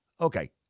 Okay